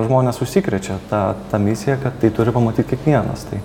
žmonės užsikrečia ta ta misija kad tai turi pamatyt kiekvienas tai